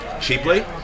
cheaply